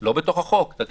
לא בתוך החוק, תגידו?